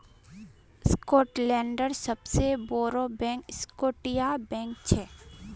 स्कॉटलैंडेर सबसे बोड़ो बैंक स्कॉटिया बैंक छे